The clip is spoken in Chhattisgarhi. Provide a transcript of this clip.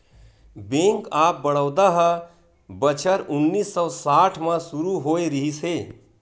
बेंक ऑफ बड़ौदा ह बछर उन्नीस सौ आठ म सुरू होए रिहिस हे